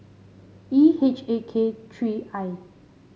E H A K three I